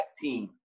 team